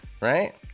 right